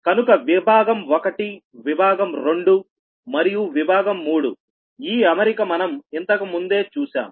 కనుక విభాగం 1 విభాగం 2 మరియు విభాగం 3 ఈ అమరిక మనం ఇంతకు ముందే చూశాం